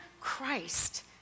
Christ